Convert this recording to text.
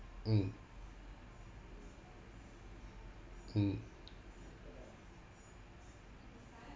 mm mm